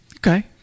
Okay